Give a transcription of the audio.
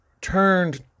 turned